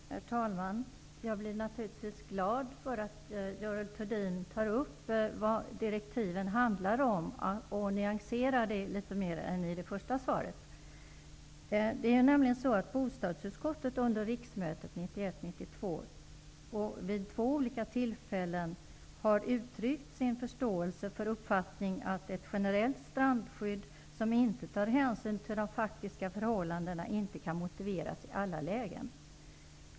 Herr talman! Jag blir naturligtvis glad för att Görel Thurdin talar om vad direktiven handlar om och nyanserar det som stod i svaret. Det är nämligen så att bostadsutskottet under riksmötet 1991/92 vid två olika tillfällen har uttryckt sin förståelse för uppfattningen att ett generellt strandskydd, som inte tar hänsyn till de faktiska förhållandena, inte kan motiveras i alla lägen.